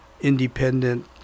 independent